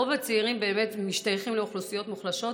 רוב הצעירים באמת משתייכים לאוכלוסיות מוחלשות,